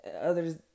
others